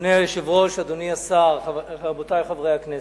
אדוני היושב-ראש, אדוני השר, רבותי חברי הכנסת,